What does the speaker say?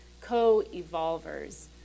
co-evolvers